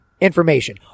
information